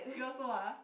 you also ah